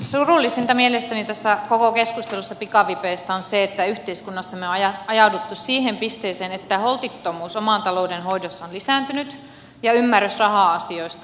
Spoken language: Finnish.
surullisinta mielestäni tässä koko keskustelussa pikavipeistä on se että yhteiskunnassamme on ajauduttu siihen pisteeseen että holtittomuus oman talouden hoidossa on lisääntynyt ja ymmärrys raha asioista on vähentynyt